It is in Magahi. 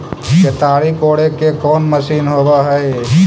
केताड़ी कोड़े के कोन मशीन होब हइ?